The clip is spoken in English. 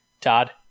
Todd